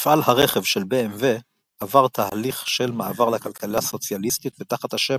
מפעל הרכב של BMW עבר תהליך של מעבר לכלכלה סוציאליסטית ותחת השם